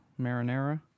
Marinara